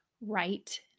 right